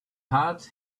heart